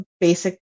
basic